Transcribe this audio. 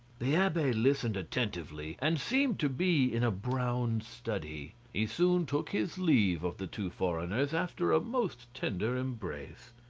the abbe listened attentively, and seemed to be in a brown study. he soon took his leave of the two foreigners after a most tender embrace.